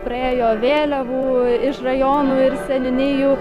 praėjo vėliavų iš rajonų ir seniūnijų